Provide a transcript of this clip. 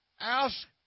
ask